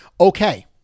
okay